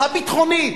הביטחונית,